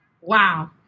Wow